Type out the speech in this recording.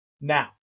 Now